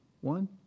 One